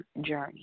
journey